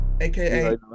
aka